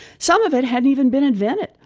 some of it hadn't even been invented,